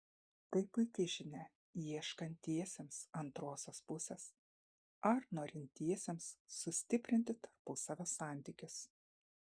tai puiki žinia ieškantiesiems antrosios pusės ar norintiesiems sustiprinti tarpusavio santykius